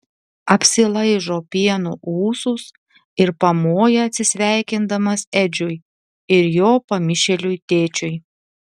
apsilaižo pieno ūsus ir pamoja atsisveikindamas edžiui ir jo pamišėliui tėčiui